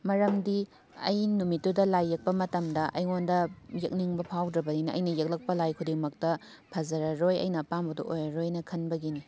ꯃꯔꯝꯗꯤ ꯑꯩꯅ ꯅꯨꯃꯤꯠꯇꯨꯗ ꯂꯥꯏ ꯌꯦꯛꯄ ꯃꯇꯝꯗ ꯑꯩꯉꯣꯟꯗ ꯌꯦꯛꯅꯤꯡꯕ ꯐꯥꯎꯗ꯭ꯔꯕꯅꯤꯅ ꯑꯩꯅ ꯌꯦꯛꯂꯛꯄ ꯂꯥꯏ ꯈꯨꯗꯤꯡꯃꯛꯇ ꯐꯖꯔꯔꯣꯏ ꯑꯩꯅ ꯑꯄꯥꯝꯕꯗꯣ ꯑꯣꯏꯔꯔꯣꯏꯅ ꯈꯟꯕꯒꯤꯅꯤ